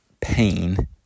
pain